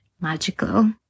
magical